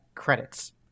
credits